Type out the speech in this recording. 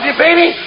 baby